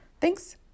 Thanks